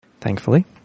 Thankfully